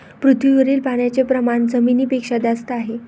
पृथ्वीवरील पाण्याचे प्रमाण जमिनीपेक्षा जास्त आहे